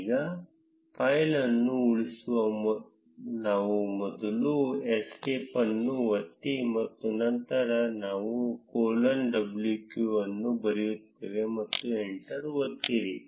ಈಗ ಫೈಲ್ ಅನ್ನು ಉಳಿಸಲು ನಾವು ಮೊದಲು ಎಸ್ಕೇಪ್ ಅನ್ನು ಒತ್ತಿ ಮತ್ತು ನಂತರ ನಾವು ಕೊಲೊನ್ wq ಅನ್ನು ಬರೆಯುತ್ತೇವೆ ಮತ್ತು ಎಂಟರ್ ಒತ್ತಿರಿ